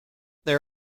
there